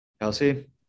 Kelsey